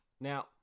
Now